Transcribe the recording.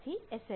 પરથી એસ